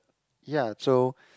ya so